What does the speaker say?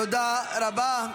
תודה רבה.